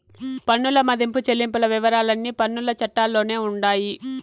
పన్నుల మదింపు చెల్లింపుల వివరాలన్నీ పన్నుల చట్టాల్లోనే ఉండాయి